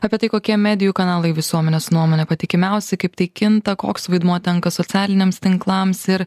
apie tai kokie medijų kanalai visuomenės nuomone patikimiausi kaip tai kinta koks vaidmuo tenka socialiniams tinklams ir